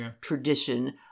tradition